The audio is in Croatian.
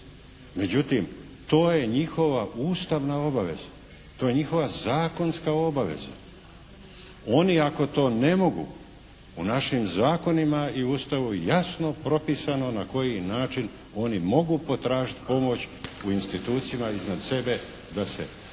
Međutim to je njihova ustavna obveza. To je njihova zakonska obaveza. Oni ako to ne mogu u našim zakonima i u Ustavu jasno propisano na koji način oni mogu potražiti pomoć u institucijama iznad sebe da se volja